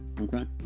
Okay